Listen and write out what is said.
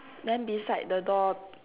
then beside the door